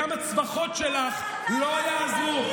גם הצווחות שלך לא יעזרו.